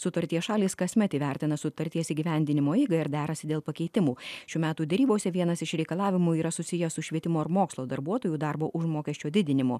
sutarties šalys kasmet įvertina sutarties įgyvendinimo eigą ir derasi dėl pakeitimų šių metų derybose vienas iš reikalavimų yra susijęs su švietimo ir mokslo darbuotojų darbo užmokesčio didinimu